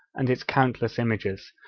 and its countless images,